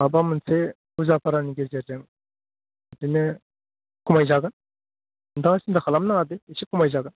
माबा मोनसे बुजा फारानि गेजेरजों बिदिनो खमायजागोन नोंथाङा सिन्था खालामनाङा दे एसे खमायजागोन